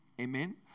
Amen